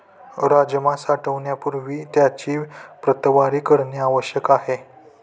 राजमा साठवण्यापूर्वी त्याची प्रतवारी करणे आवश्यक आहे